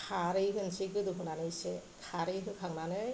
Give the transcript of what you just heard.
खारै होनोसै गोदौहोखांनानै इसे